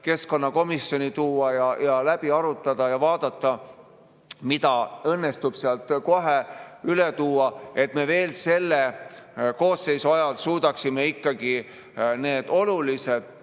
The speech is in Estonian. keskkonnakomisjoni tuua, läbi arutada ja vaadata, mida õnnestub sealt kohe üle tuua, et me veel selle koosseisu ajal suudaksime ikkagi need olulised